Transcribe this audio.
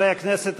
(חברי הכנסת מכבדים בקימה את צאת נשיא המדינה מאולם המליאה.) נא לשבת.